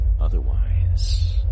otherwise